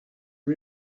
our